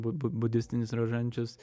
bu bu budistinis roženčius